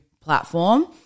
platform